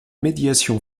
médiation